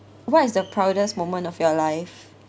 what is the proudest moment of your life